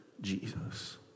Jesus